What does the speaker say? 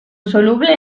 soluble